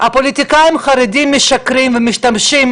הפוליטיקאים החרדיים משקרים ומשתמשים